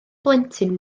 blentyn